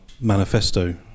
manifesto